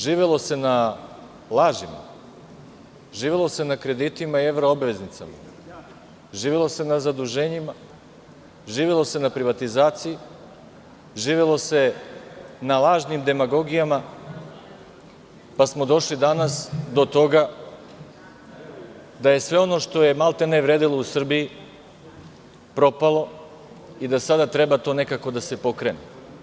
Živelo se na lažima, živelo se na kreditima i evro obveznicama, živelo se na zaduženjima, živelo se na privatizaciji, živelo se na lažnim demagogijama, pa smo došli danas do toga da je sve ono što je maltene vredelo u Srbiji propalo i da sada treba to nekako da se pokrene.